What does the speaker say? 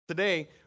Today